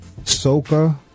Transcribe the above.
soca